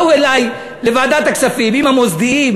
באו אלי לוועדת הכספים עם המוסדיים,